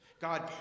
God